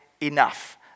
enough